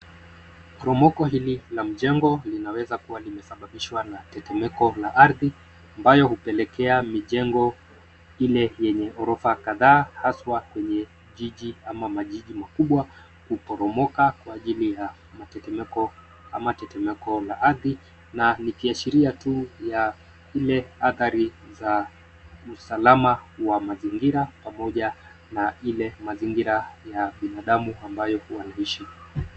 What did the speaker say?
Mporomoko hili la mjengo linaweza kuwa limesababishwa na tetemeko la ardhi ambayo hupelekea mijengo ile yenye ghorofa kadhaa haswa kwenye jiji ama majiji makubwa kuporomoka kwa ajili ya matetemeko ama tetemeko la ardhi na likiashiria tuu ya ile athari za usalama wa mazingira pamoja na ile mazingira ya binadamu ambayo huwa anaishi.